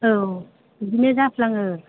औ बिदिनो जाफ्लाङो